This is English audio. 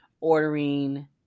ordering